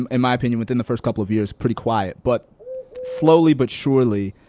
um in my opinion, within the first couple of years, pretty quiet. but slowly, but surely,